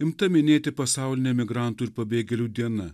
imta minėti pasaulinė migrantų ir pabėgėlių diena